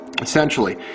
Essentially